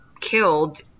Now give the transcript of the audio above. killed